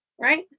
right